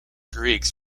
greeks